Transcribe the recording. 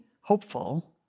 hopeful